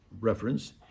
reference